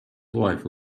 wife